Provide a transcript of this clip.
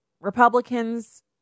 Republicans